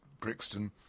Brixton